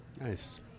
Nice